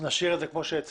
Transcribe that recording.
נשאיר את זה כמו שהצעת,